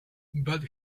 but